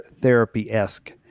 therapy-esque